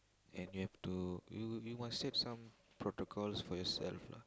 and you have to you you must set some protocols for yourself lah